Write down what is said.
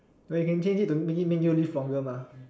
but you can change it to maybe make you live longer mah